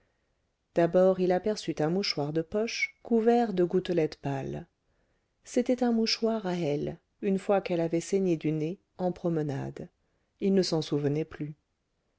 d'abord il aperçut un mouchoir de poche couvert de gouttelettes pâles c'était un mouchoir à elle une fois qu'elle avait saigné du nez en promenade il ne s'en souvenait plus